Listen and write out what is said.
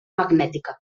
magnètica